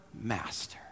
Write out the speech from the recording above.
master